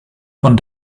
von